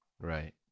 right